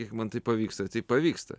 kiek man tai pavyksta tai pavyksta